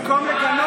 במקום לגנות את זה,